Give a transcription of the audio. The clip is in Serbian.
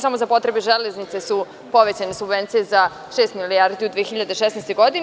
Samo za potrebe „Železnice“ su povećane subvencije za šest milijardi u 2016. godini.